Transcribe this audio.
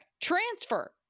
transfer